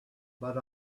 but